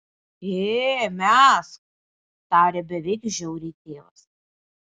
ė mesk tarė beveik žiauriai tėvas